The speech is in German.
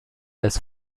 ist